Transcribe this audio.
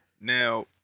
Now